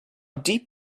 deep